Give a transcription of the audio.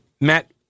Matt